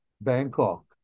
Bangkok